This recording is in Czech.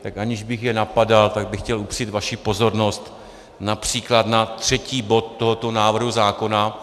Tak aniž bych je napadal, tak bych chtěl upřít vaši pozornost například na třetí bod tohoto návrhu zákona.